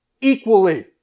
equally